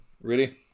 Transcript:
ready